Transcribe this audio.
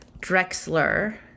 Drexler